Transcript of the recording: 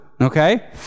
Okay